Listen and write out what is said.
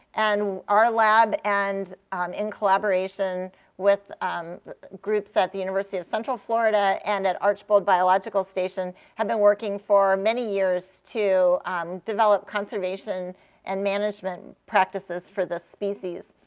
and our lab, and um in collaboration with groups at the university of central florida and at archbold biological station, have been working for many years to um develop conservation and management practices for the species.